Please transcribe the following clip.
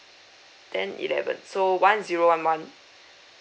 ten eleven so one zero one one